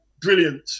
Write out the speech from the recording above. Brilliant